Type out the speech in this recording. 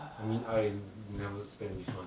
I mean I never spend this month